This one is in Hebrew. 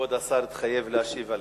שכבוד השר התחייב להשיב עליהם,